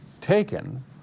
taken